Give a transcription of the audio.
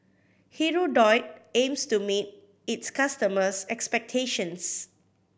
hirudoid aims to meet its customers' expectations